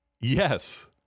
Yes